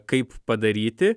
kaip padaryti